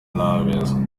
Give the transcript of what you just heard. n’abeza